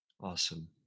Awesome